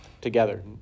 together